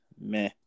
meh